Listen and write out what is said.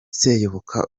seyoboka